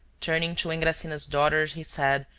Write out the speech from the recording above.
turning to engracigna's daughters he said,